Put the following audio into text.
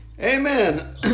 Amen